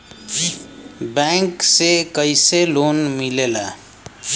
Bank से कइसे loan मिलेला?